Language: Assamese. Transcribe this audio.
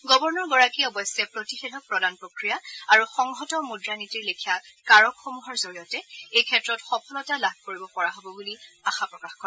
গৱৰ্ণৰগৰাকীয়ে অৱশ্যে প্ৰতিষেধক প্ৰদান প্ৰক্ৰিয়া আৰু সংহত মূদ্ৰানীতিৰ লেখীয়া কাৰকসমূহৰ জৰিয়তে এইক্ষেত্ৰত সফলতা লাভ কৰিব পৰা হব বুলি আশা প্ৰকাশ কৰে